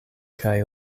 kaj